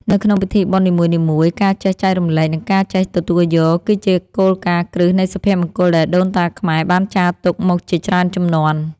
នៅក្នុងពិធីបុណ្យនីមួយៗការចេះចែករំលែក និងការចេះទទួលយក គឺជាគោលការណ៍គ្រឹះនៃសុភមង្គលដែលដូនតាខ្មែរបានចារទុកមកជាច្រើនជំនាន់។